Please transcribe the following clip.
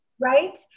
Right